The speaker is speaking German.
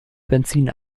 benzin